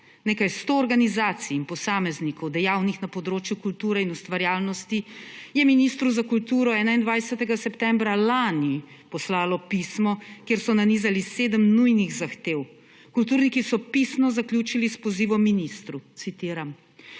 Nekaj sto organizacij in posameznikov, dejavnih na področju kulture in ustvarjalnosti, je ministru za kulturo 21. septembra lani poslalo pismo, kjer so nanizali sedem nujnih zahtev. Kulturniki so pismo zaključili s pozivom ministru, citiram: